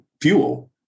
fuel